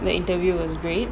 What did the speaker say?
the interview was great